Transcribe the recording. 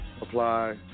apply